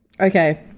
Okay